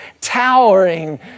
towering